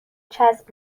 چسب